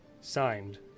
Signed